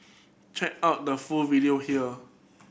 check out the full video here